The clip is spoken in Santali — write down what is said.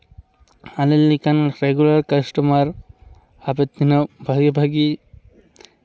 ᱟᱞᱮ ᱞᱮᱠᱟᱱ ᱨᱮᱜᱩᱞᱟᱨ ᱠᱟᱥᱴᱚᱢᱟᱨ ᱟᱫᱚ ᱛᱤᱱᱟᱹᱜ ᱵᱷᱟᱹᱜᱤ ᱵᱷᱟᱹᱜᱤ